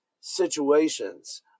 situations